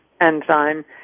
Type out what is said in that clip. enzyme